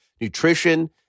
nutrition